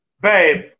babe